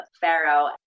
Pharaoh